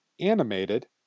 animated